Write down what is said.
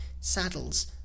saddles